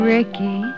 Ricky